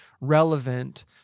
relevant